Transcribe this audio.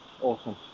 awesome